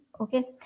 Okay